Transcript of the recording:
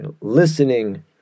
listening